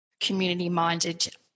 community-minded